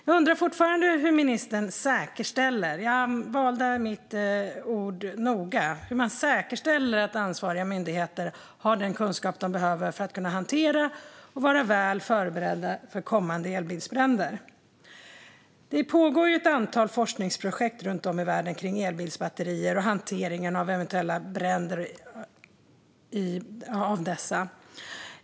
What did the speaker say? Jag undrar fortfarande hur ministern säkerställer - jag valde mitt ord noga - att ansvariga myndigheter har den kunskap de behöver för att kunna hantera och vara väl förberedda för kommande elbilsbränder. Det pågår ett antal forskningsprojekt runt om i världen kring elbilsbatterier och hanteringen av eventuella bränder i dessa.